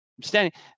standing